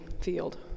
field